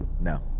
No